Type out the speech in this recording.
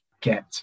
get